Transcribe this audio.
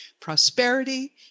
prosperity